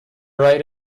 right